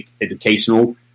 educational